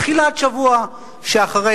בתחילת שבוע שאחרי,